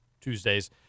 Tuesdays